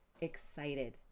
excited